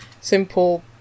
simple